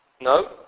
No